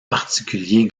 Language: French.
particulier